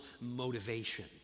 motivation